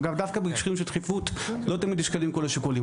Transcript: דווקא במקרים של דחיפות לא תמיד נשקלים כל השיקולים.